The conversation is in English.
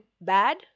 bad